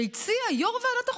שהציע יו"ר ועדת החוקה,